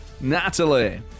Natalie